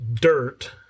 dirt